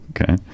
Okay